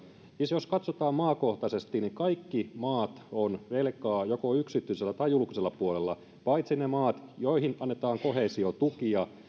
siis jos katsotaan maakohtaisesti kaikki maat ovat velkaa joko yksityisellä tai julkisella puolella paitsi ne maat joihin annetaan koheesiotukia